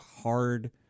hard